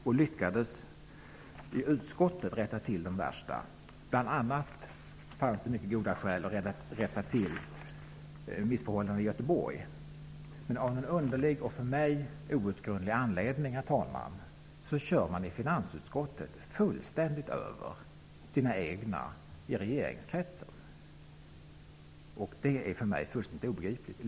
Man lyckades i utskottet rätta till det värsta. Bl.a. fanns det mycket goda skäl att rätta till missförhållanden i Göteborg. Herr talman! Av någon underlig och för mig outgrundlig anledning kör finansutskottet fullständigt över sina egna i regeringskretsen. Det är för mig fullständigt obegripligt.